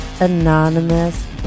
Anonymous